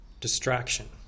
Distraction